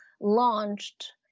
launched